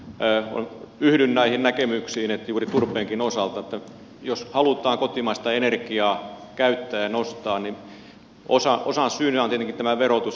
itse yhdyn näihin näkemyksiin juuri turpeenkin osalta että jos halutaan kotimaista energiaa käyttää ja nostaa niin osasyynä on tietenkin verotus